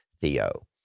Theo